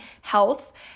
health